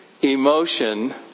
emotion